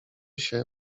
się